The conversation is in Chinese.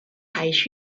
排序